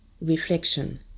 reflection